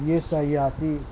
یہ سیاحتی